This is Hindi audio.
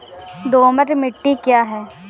दोमट मिट्टी क्या है?